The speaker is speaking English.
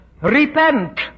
Repent